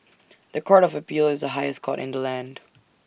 The Court of appeal is the highest court in the land